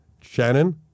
Shannon